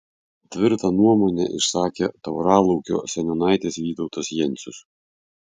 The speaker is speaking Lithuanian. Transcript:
tvirtą nuomonę išsakė tauralaukio seniūnaitis vytautas jencius